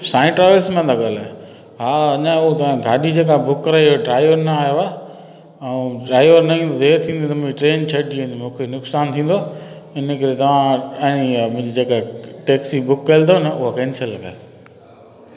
साईं ट्रावेल्स मां था ॻाल्हायो हा हिनजो त तव्हां गाॾी जेका बुक कराई हुई ड्राइवर न आयो आहे ऐं ड्राइवर न ईंदो त देरि थींदी त मूंखे ट्रेन छॾिजी वेंदी मूंखे नुक़्सानु थींदो इनकरे तव्हां ऐं मुंहिंजी जेका टैक्सी बुक कयुल अथव न उहा कैंसिल कयो